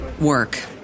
work